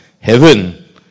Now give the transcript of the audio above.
heaven